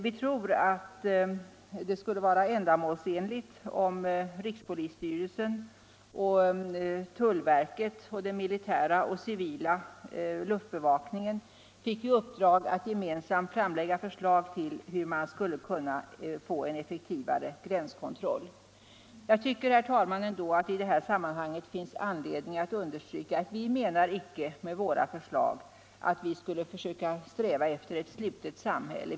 Vi tror att det skulle vara ändamålsenligt om rikspolisstyrelsen, tullverket och den militära och civila luftbevakningen fick i uppdrag att gemensamt framlägga förslag till hur man skulle kunna få en effektivare gränskontroll. Jag vill, herr talman, ändå i det här sammanhanget understryka att vi med våra förslag inte menar att vi skulle försöka sträva efter ett slutet samhälle.